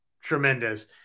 tremendous